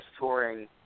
touring